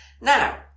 Now